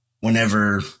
whenever